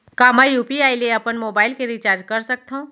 का मैं यू.पी.आई ले अपन मोबाइल के रिचार्ज कर सकथव?